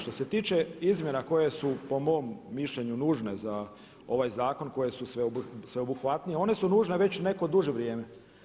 Što se tiče izmjena koje su po mom mišljenju nužne za ovaj zakon koji su sveobuhvatnije, one su nužne već neko duže vrijeme.